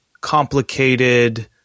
complicated